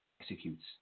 executes